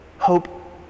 hope